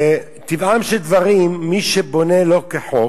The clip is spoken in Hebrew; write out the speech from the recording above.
וטבעם של דברים, מי שבונה לא כחוק,